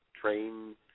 train